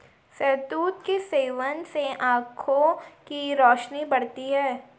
शहतूत के सेवन से आंखों की रोशनी बढ़ती है